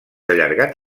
allargat